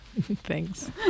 thanks